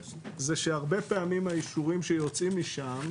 זה שהרבה פעמים האישורים שיוצאים משם,